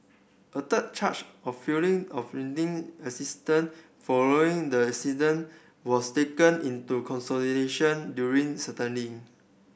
a third charge of failing off rendering assistance following the accident was taken into consolidation during